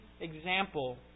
example